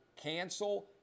cancel